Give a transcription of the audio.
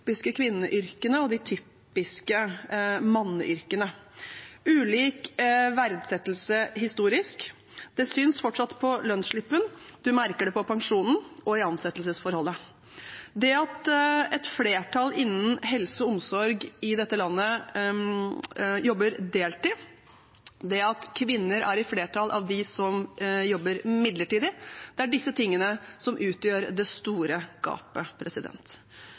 typiske kvinneyrkene og de typiske mannsyrkene. Ulik verdsettelse historisk synes fortsatt på lønnsslippen, og man merker det på pensjonen og i ansettelsesforholdet. Det at et flertall innen helse og omsorg i dette landet jobber deltid, det at kvinner er i flertall av dem som jobber midlertidig – det er disse tingene som utgjør det store gapet.